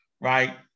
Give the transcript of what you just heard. right